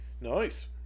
Nice